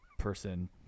Person